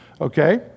okay